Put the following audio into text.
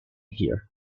here